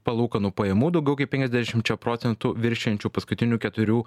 palūkanų pajamų daugiau kaip penkiasdešimčia procentų viršijančių paskutinių keturių